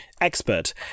expert